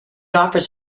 offers